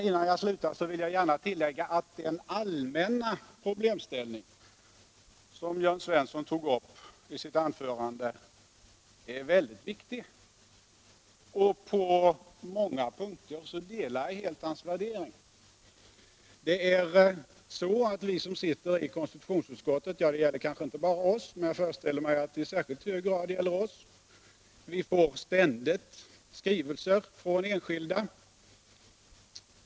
Innan jag slutar vill jag emellertid tillägga att den allmänna problemställning som Jörn Svensson tog upp i sitt anförande är mycket viktig. På många punkter delar jag helt Jörn Svenssons värderingar. Vi som sitter i konstitutionsutskottet — det gäller kanske inte bara oss, men jag föreställer mig att det i särskilt hög grad gäller oss — får ständigt skrivelser från enskilda.